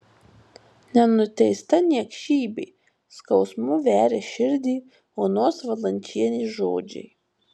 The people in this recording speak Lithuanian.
nenuteista niekšybė skausmu veria širdį onos valančienės žodžiai